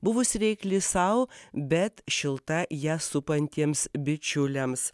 buvusi reikli sau bet šilta ją supantiems bičiuliams